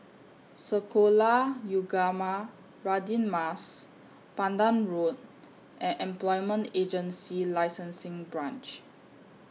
Sekolah Ugama Radin Mas Pandan Road and Employment Agency Licensing Branch